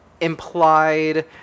implied